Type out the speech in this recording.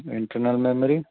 internal memory